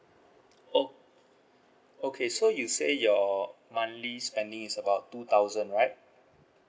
ok~ okay so you say your monthly spending is about two thousand right